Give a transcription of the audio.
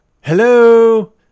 Hello